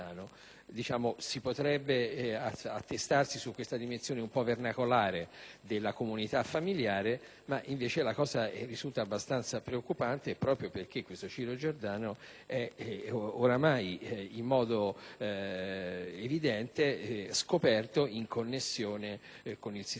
Si potrebbe attestare una dimensione un po' vernacolare della comunità familiare, ma la cosa risulta abbastanza preoccupante proprio perché questo Ciro Giordano è ormai, in modo evidente, in connessione con il sistema camorristico.